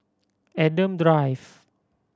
Adam Drive